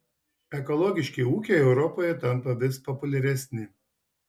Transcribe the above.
ekologiški ūkiai europoje tampa vis populiaresni